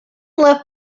left